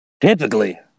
typically